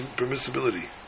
permissibility